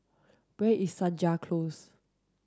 where is Senja Close